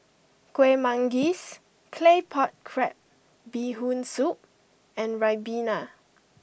Kueh Manggis Claypot Crab Bee Hoon Soup and Ribena